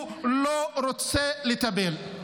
הוא לא רוצה לטפל.